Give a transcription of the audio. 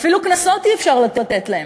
אפילו קנסות אי-אפשר לתת להם.